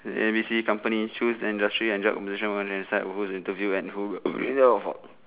A B C company choose industry and job position one and side over who interview and who will